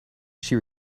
she